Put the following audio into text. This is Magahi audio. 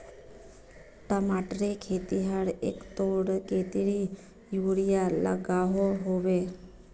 टमाटरेर खेतीत हर एकड़ोत कतेरी यूरिया लागोहो होबे?